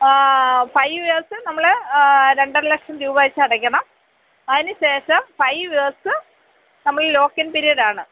five years നമ്മൾ രണ്ടര ലക്ഷം രൂപ വെച്ചടക്കണം അതിനു ശേഷം ഫൈവ് ഇയേഴ്സ് നമ്മൾ ലോക്കിങ് പിരീഡാണ്